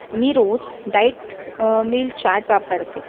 मी रोज diet meal chart वापरते